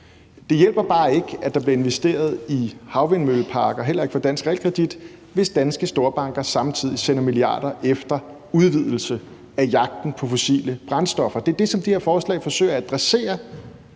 Det hjælper bare ikke, at der bliver investeret i havvindmølleparker, heller ikke med dansk realkredit, hvis danske storbanker samtidig sender milliarder efter udvidelse af jagten på fossile brændstoffer. Det er det, som det her forslag forsøger at adressere,